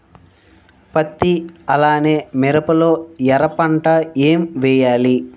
పత్తి అలానే మిరప లో ఎర పంట ఏం వేయాలి?